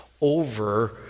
over